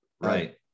Right